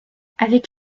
avec